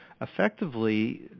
effectively